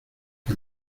que